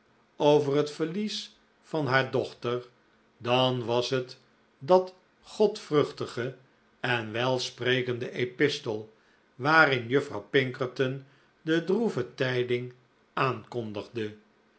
over het verlies van haar dochter dan was het dat godvruchtige en welsprekende epistel waarin juffrouw pinkerton de droeve tijding aankondigde